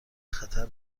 خطر